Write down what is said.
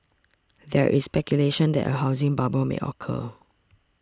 there is speculation that a housing bubble may occur